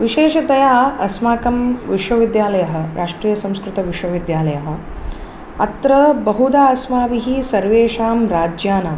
विशेषतया अस्माकं विश्वविद्यालयः राष्ट्रियसंस्कृतविश्वविद्यालयः अत्र बहुधा अस्माभिः सर्वेषा राज्यानां